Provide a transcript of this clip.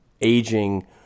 aging